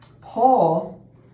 Paul